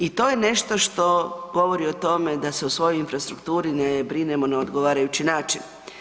I to je nešto što govori o tome da se u svojoj infrastrukturi ne brinemo na odgovarajući način.